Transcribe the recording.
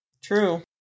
True